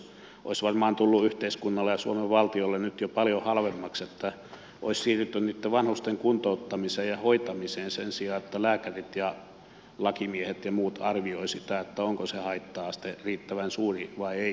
olisi varmaan tullut yhteiskunnalle ja suomen valtiolle nyt jo paljon halvemmaksi se että olisi siirrytty niitten vanhusten kuntouttamiseen ja hoitamiseen sen sijaan että lääkärit ja lakimiehet ja muut arvioivat sitä onko se haitta aste riittävän suuri vai eikö ole